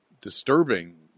disturbing